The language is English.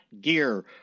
gear